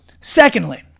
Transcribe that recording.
secondly